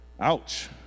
Ouch